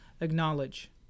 acknowledge